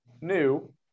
new